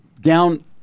Down